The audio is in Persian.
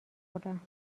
بخورم